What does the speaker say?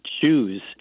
choose